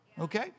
okay